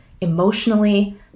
emotionally